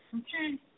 Okay